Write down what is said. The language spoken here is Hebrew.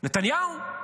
נתניהו?